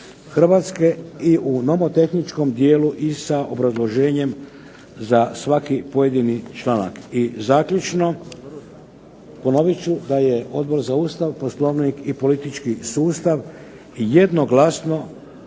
Hrvatske i u nomotehničkom dijelu i sa obrazloženjem za svaki pojedini članak. I zaključno. Ponovit ću da je Odbor za Ustav, Poslovnik i politički sustav jednoglasno